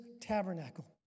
tabernacle